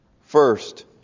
First